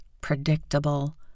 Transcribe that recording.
predictable